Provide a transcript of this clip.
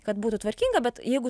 kad būtų tvarkinga bet jeigu